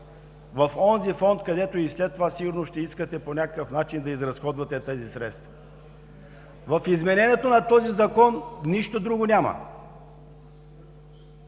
в онзи фонд и след това сигурно ще искате по някакъв начин да изразходвате тези средства. В изменението на този Закон няма нищо друго.